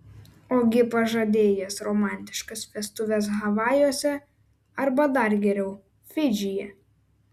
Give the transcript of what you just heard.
ogi pažadėjęs romantiškas vestuves havajuose arba dar geriau fidžyje